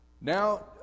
now